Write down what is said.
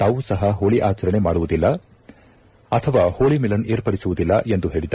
ತಾವು ಸಹ ಹೋಳಿ ಆಚರಣೆ ಮಾಡುವುದಿಲ್ಲ ಅಥವಾ ಹೋಳಿ ಮಿಲನ್ ಏರ್ಪಡಿಸುವುದಿಲ್ಲ ಎಂದು ಹೇಳಿದ್ದಾರೆ